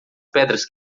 pedras